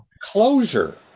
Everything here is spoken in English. Closure